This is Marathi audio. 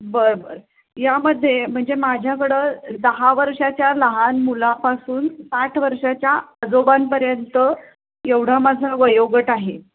बरं बरं यामध्ये म्हणजे माझ्याकडं दहा वर्षाच्या लहान मुलापासून साठ वर्षाच्या आजोबांपर्यंत एवढा माझा वयोगट आहे